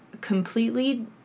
completely